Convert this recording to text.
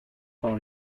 par